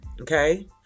okay